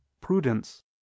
prudence